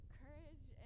courage